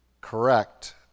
Correct